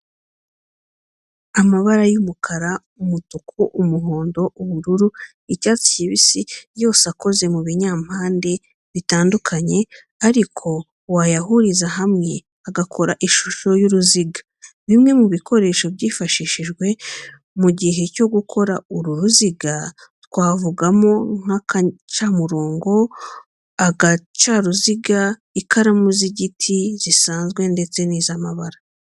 Amabara y'umukara, umutuku, umuhondo, ubururu, icyatsi kibisi yose akoze mu binyampande bitandukanye ariko wayahuriza hamwe agakora ishusho y'uruziga. Bimwe mu bikoresho byifashishijwe mu gihe cyo gukora uru ruziga, twavugamo nk'agacamurongo, agacaruziga, ikaramu z'igiti zisanzwe ndetse n'iz'amabara.